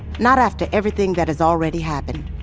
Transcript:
not after everything that has already happened.